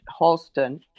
Halston